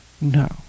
No